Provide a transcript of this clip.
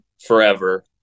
forever